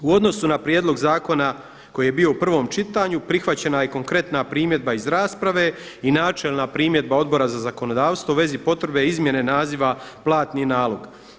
U odnosu na prijedlog zakona koji je bio u prvom čitanju prihvaćena je konkretna primjedba iz rasprave i načelna primjedba Odbora za zakonodavstvo u vezi potrebe izmjene naziva platni nalog.